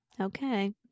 Okay